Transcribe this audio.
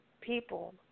People